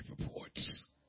reports